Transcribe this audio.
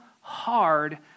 hard